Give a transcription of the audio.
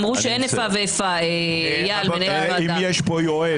מעצם העובדה שעושים פה איפה ואיפה ולא מאפשרים לצוותים